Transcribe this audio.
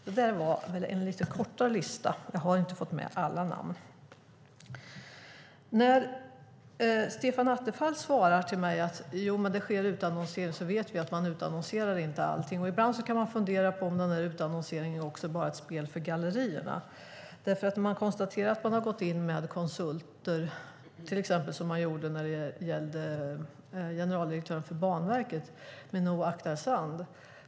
Det var en något förkortad lista; jag har inte fått med alla namn. Stefan Attefall svarar att det sker utannonsering. Vi vet dock att allt inte utannonseras, och man kan ibland undra om utannonseringen bara är ett spel för gallerierna. Till exempel gäller det direktören för Banverket, Minoo Akhtarzand.